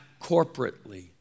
corporately